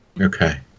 okay